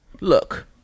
Look